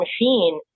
machine